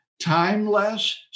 timeless